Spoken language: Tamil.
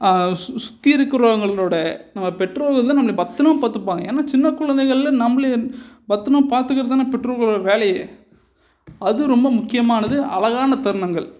சு சுற்றி இருக்கறவங்களோட நம்ம பெற்றோர்கள் வந்து நம்மளை பத்திரமாக பார்த்துப்பாங்க ஏன்னா சின்ன குழந்தைங்களில் நம்பளே பத்திரமாக பார்த்துக்கறதுக்கு தானே பெற்றோர்களோட வேலையே அது ரொம்ப முக்கியமானது அழகான தருணங்கள்